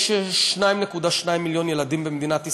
יש 2.2 מיליון ילדים במדינת ישראל,